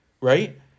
right